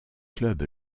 club